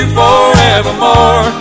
forevermore